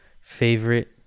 favorite